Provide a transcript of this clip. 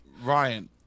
Ryan